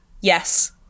Yes